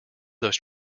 those